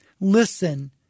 Listen